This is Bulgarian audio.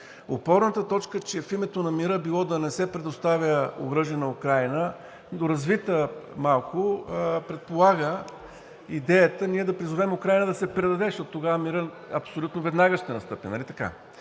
Опорната точка, че в името на мира било да не се предоставя оръжие на Украйна, доразвита малко, предполага идеята, ние да призовем Украйна да се предаде, защото тогава мирът абсолютно веднага ще настъпи,